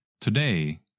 Today